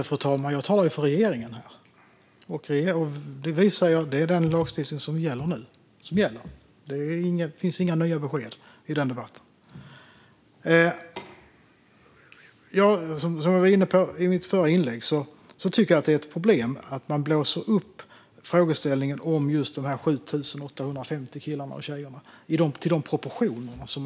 Fru talman! Jag talar här för regeringen. Det vi säger är att det är den lagstiftning som nu gäller. Det finns inga nya besked i den debatten. Jag var i mitt förra inlägg inne på att det är ett problem att man blåser upp frågeställningen om just dessa 7 850 killarna och tjejerna till de proportioner man gör.